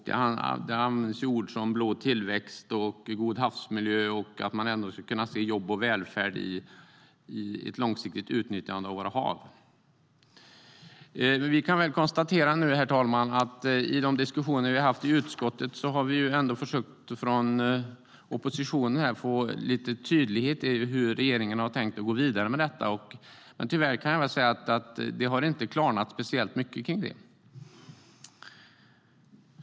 Där användes begrepp som blå tillväxt, god havsmiljö och att man skulle kunna se jobb och välfärd i ett långsiktigt utnyttjande av våra hav. Herr talman! I de diskussioner vi har haft i utskottet har vi från oppositionen försökt få lite klarhet i hur regeringen har tänkt gå vidare med detta. Tyvärr har det inte klarnat speciellt mycket kring det.